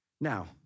Now